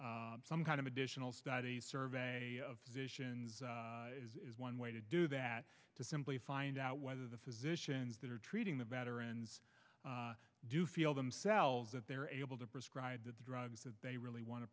some kind of additional study survey of positions is one way to do that to simply find out whether the physicians that are treating the veterans do feel themselves that they're able to prescribe the drugs that they really want to